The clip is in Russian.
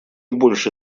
больше